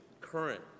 current